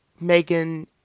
Megan